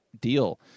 deal